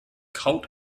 cult